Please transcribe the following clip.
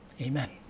Amen